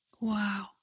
Wow